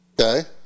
Okay